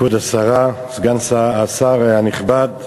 כבוד השרה, סגן השר הנכבד,